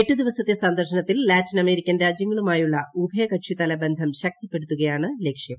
എട്ട് ദിവസത്തെ സന്ദർശനത്തിൽ ലാറ്റിൻ അമേരിക്കൻ രാജ്യങ്ങളുമായുള്ള ഉഭയകക്ഷിതല ബന്ധം ശക്തിപ്പെടുത്തുകയാണ് ലക്ഷ്യം